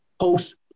post